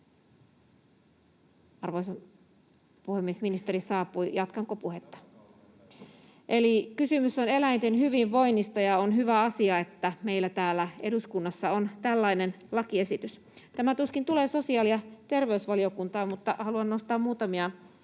Arvoisa puhemies, ministeri saapui. Jatkanko puhetta? Eli kysymys on eläinten hyvinvoinnista, ja on hyvä asia, että meillä täällä eduskunnassa on tällainen lakiesitys. Tämä tuskin tulee sosiaali- ja terveysvaliokuntaan, mutta haluan nostaa esille muutamia